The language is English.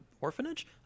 orphanage